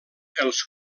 els